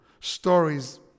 Stories